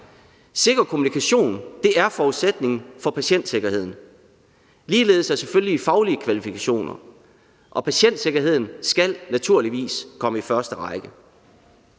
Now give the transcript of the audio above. Sikker kommunikation er forudsætningen for patientsikkerheden, og ligeledes er selvfølgelig faglige kvalifikationer en forudsætning. Patientsikkerheden skal naturligvis komme i første række.